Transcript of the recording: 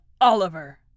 Oliver